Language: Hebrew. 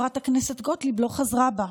חברת הכנסת גוטליב לא חזרה בה,